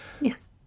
Yes